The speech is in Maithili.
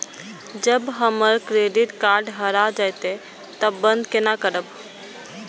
जब हमर क्रेडिट कार्ड हरा जयते तब बंद केना करब?